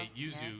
yuzu